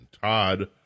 Todd